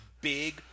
big